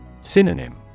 Synonym